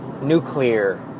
nuclear